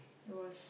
it was